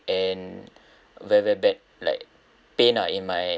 and very very bad like pain lah in my